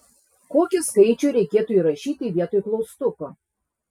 kokį skaičių reikėtų įrašyti vietoj klaustuko